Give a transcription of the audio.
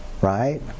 right